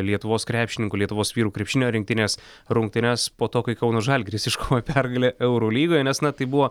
lietuvos krepšininkų lietuvos vyrų krepšinio rinktinės rungtynes po to kai kauno žalgiris iškovojo pergalę eurolygoje nes na tai buvo